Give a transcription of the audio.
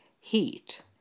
heat